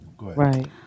right